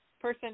person